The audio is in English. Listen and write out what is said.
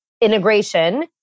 integration